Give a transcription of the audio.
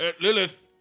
Lilith